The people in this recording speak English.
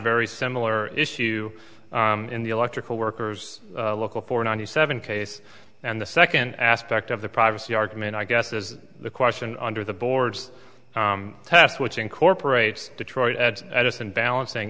very similar issue in the electrical workers local four ninety seven case and the second aspect of the privacy argument i guess is the question under the board's test which incorporates detroit edison balancing